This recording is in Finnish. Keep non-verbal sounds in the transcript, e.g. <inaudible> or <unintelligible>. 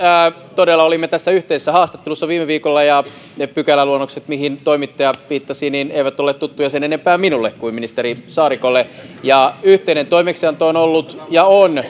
todella olimme tässä yhteisessä haastattelussa viime viikolla ja ne pykäläluonnokset mihin toimittaja viittasi eivät olleet tuttuja sen enempää minulle kuin ministeri saarikolle yhteinen toimeksianto on ollut ja on <unintelligible>